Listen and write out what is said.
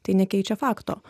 tai nekeičia fakto